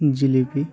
jalebi